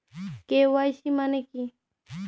KYC মানে কী?